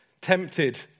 Tempted